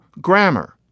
grammar